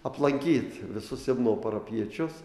aplankyt visus simno parapijiečius